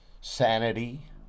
sanity